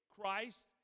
Christ